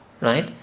right